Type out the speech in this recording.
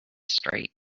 straight